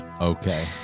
Okay